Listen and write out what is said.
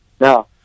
No